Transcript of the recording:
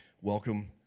welcome